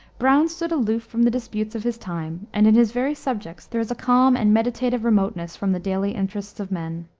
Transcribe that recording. browne stood aloof from the disputes of his time, and in his very subjects there is a calm and meditative remoteness from the daily interests of men.